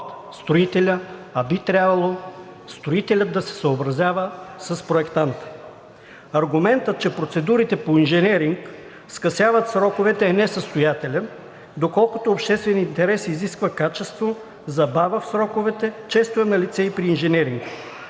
би трябвало строителят да се съобразява с проектанта. Аргументът, че процедурите по инженеринг скъсяват сроковете, е несъстоятелен, доколкото общественият интерес изисква качество, забава в сроковете, често е налице и при инженеринг.